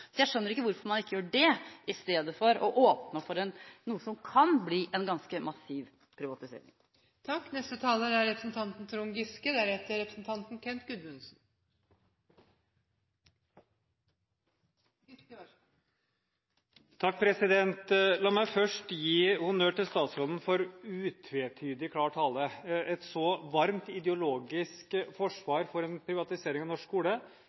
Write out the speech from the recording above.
så jeg skjønner ikke hvorfor man ikke gjør det, i stedet for å åpne opp for noe som kan bli en ganske massiv privatisering. La meg først gi honnør til statsråden for utvetydig, klar tale. Et så varmt, ideologisk forsvar for en privatisering av norsk skole